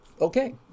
okay